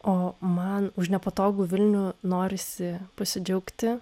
o man už nepatogų vilnių norisi pasidžiaugti